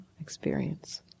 experience